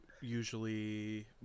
usually